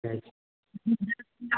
किछु नहि सुनता